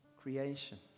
Creation